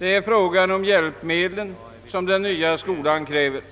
även frågan om de hjälpmedel som den nya skolan kräver.